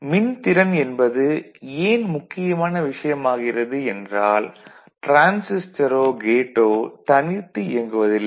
மின்திறன் என்பது ஏன் முக்கியமான விஷயமாகிறது என்றால் டிரான்சிஸ்டரோ கேட்டோ தனித்து இயங்குவதில்லை